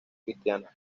cristiana